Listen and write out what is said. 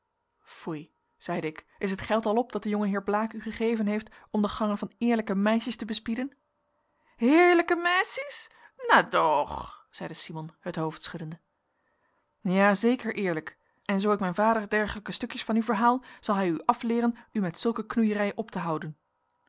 zeide ik is het geld al op dat de jongeheer blaek u gegeven heeft om de gangen van eerlijke meisjes te bespieden heerlijke meissies na doch zeide simon het hoofd schuddende ja zeker eerlijk en zoo ik mijn vader dergelijke stukjes van u verhaal zal hij u afleeren u met zulke knoeierij op te houden